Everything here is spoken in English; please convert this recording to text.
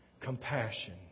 Compassion